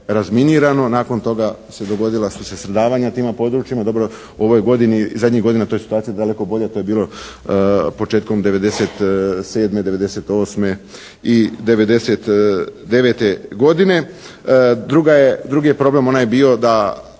razminirano, nakon toga dogodila su se stradavanja na tima područjima. Dobro u ovoj godini i zadnjih godina to je situacija daleko bolja, to je bilo početkom '97., '98. i '99. godine. Drugi je problem onaj bio da